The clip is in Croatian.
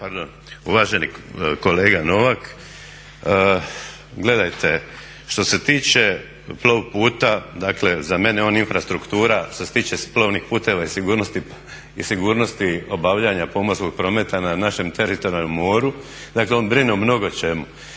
Uvaženi kolega Novak, gledajte što se tiče Plovputa, dakle za mene je on infrastruktura. Što se tiče plovnih puta i i sigurnosti obavljanja pomorskog prometa na našem teritorijalnom moru, dakle on brine o mnogo čemu.